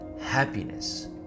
happiness